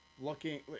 looking